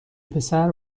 پسر